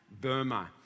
Burma